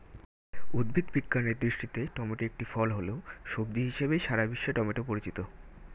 উদ্ভিদ বিজ্ঞানের দৃষ্টিতে টমেটো একটি ফল হলেও, সবজি হিসেবেই সারা বিশ্বে টমেটো পরিচিত